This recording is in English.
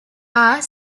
are